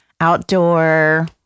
outdoor